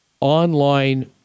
online